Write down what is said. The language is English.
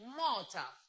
mortal